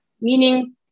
meaning